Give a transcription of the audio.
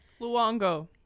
Luongo